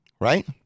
right